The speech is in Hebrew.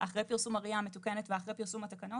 אחרי פרסום ה-RIA המתוקנת ואחרי פרסום התקנות.